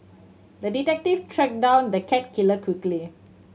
the detective tracked down the cat killer quickly